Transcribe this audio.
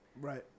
Right